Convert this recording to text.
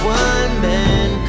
one-man